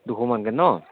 দুশ মানকৈ ন